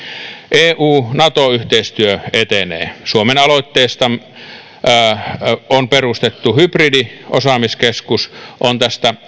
eu nato yhteistyö etenee suomeen aloitteestamme perustettu hybridiosaamiskeskus on